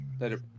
Later